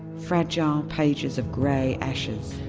fragile pages of grey ashes,